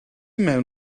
mewn